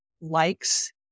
likes